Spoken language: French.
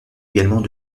également